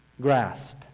Grasp